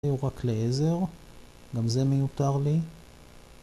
זהו רק לעזר, גם זה מיותר לי.